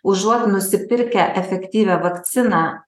užuot nusipirkę efektyvią vakciną